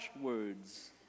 words